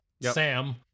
Sam